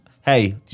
Hey